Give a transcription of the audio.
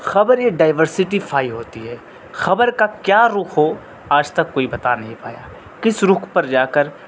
خبر ایک ڈائیورسیفائی ہوتی ہے خبر کا کیا رخ ہو آج تک کوئی بتا نہیں پایا کس رخ پر جا کر